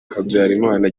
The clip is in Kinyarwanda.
habyarimana